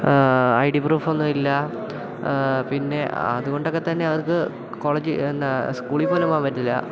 I D പ്രൂഫൊന്നും ഇല്ല പിന്നെ അതുകൊണ്ടൊക്കെ തന്നെ അവർക്ക് കോളേജിൽ എന്താ സ്കൂളിൽ പോലും പോകാൻ പറ്റില്ല